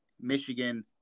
Michigan